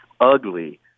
ugly